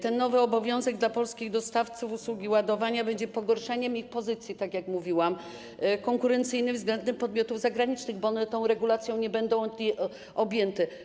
Ten nowy obowiązek dla polskich dostawców, usługi ładowania, będzie pogorszeniem ich pozycji - tak jak mówiłam - konkurencyjnej względem podmiotów zagranicznych, bo one nie będą objęte tą regulacją.